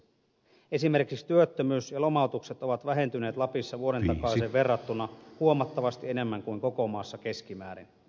esimerkiksi työttömyys ja lomautukset ovat vähentyneet lapissa vuoden takaiseen verrattuna huomattavasti enemmän kuin koko maassa keskimäärin